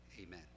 amen